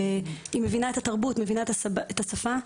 ומבינה את התרבות והשפה.